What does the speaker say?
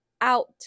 out